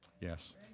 yes